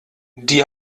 die